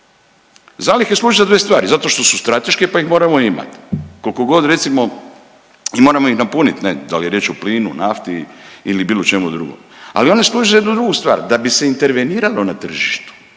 zalihe služe za dve stvari, zato što su strateške, pa ih moramo imat, kolko god recimo i moramo ih napunit ne, dal je riječ o plinu, nafti ili bilo čemu drugom, ali one služe za jednu drugu stvar, da bi se interveniralo na tržištu,